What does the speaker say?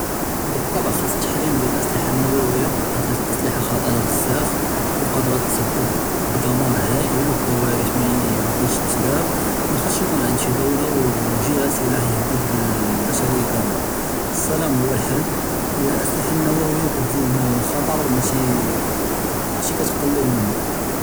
בִּטְבַעָה חַאס אֶלְתַּחְרִים דִּיַאל אֶלְאַסְלִחָה אֶלְנוּوּوִיָּה, חֵית הַאדּ אֶלְאַסְלִחָה חַ'טִירָה בְּזַאף וְקַאדְרָה תְּסַבֵּב בִּדְמָאר הַאִיל וּכּוַארִת מַא יְמוּכֶּש תִּצְדַּק, מַא חַאסּ יְקוּן עַנְד שִׁי דְּוַלָה וְגַ'הַת אֶסְלַחִיָּה, תְּהַדִּד בַּבַּשַׁרִיָּה כָּאמָלָה, אֶלְסְלַאם הוּוּא אֶלְחַל, וְאֶלְאַסְלִחָה אֶלְנוּוּוִיָּה כּתְזִיד אֶלְחַ'טַר מַשִּׁי כּתְקַלֵּל מִנוּ.